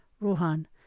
Rohan